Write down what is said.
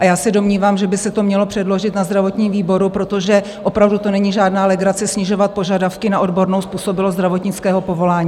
A já se domnívám, že by se to mělo předložit na zdravotním výboru, protože opravdu to není žádná legrace snižovat požadavky na odbornou způsobilost zdravotnického povolání.